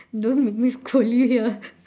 don't make me scold you here